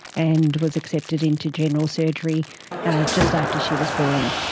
and was accepted into general surgery just after she was born.